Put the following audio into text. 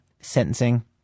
Sentencing